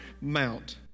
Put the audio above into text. mount